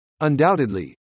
Undoubtedly